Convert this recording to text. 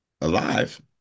alive